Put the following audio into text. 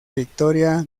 victoria